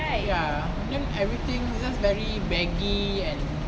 ya then everything just very baggy and